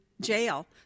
jail